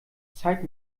zeit